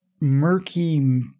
murky